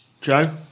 Joe